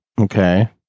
Okay